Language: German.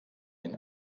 ihn